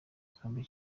gikombe